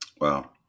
Wow